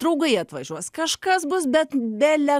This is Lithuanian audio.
draugai atvažiuos kažkas bus bet bele